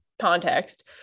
context